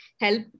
help